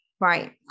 Right